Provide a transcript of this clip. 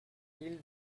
mille